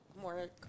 more